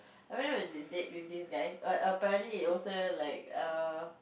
I went out on a date with this guy like apparently it wasn't like err